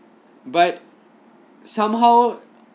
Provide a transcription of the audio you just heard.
but somehow